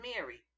Mary